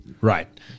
right